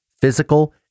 physical